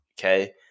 Okay